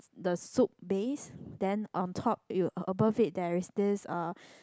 the soup base then on top you a above it there is this